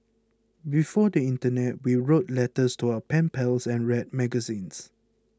before the internet we wrote letters to our pen pals and read magazines